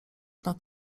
nad